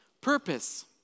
purpose